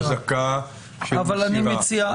לחזקה של מסירה.